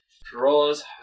draws